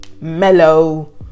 mellow